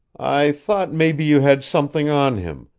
i thought maybe you had something on him,